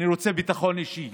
אני רוצה ביטחון אישי